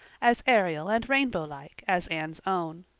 as aerial and rainbow-like as anne's own.